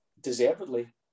deservedly